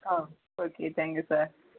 ആ okay thank you sir